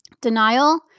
Denial